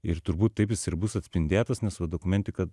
ir turbūt taip jis ir bus atspindėtas nes va dokumentika